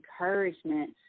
encouragement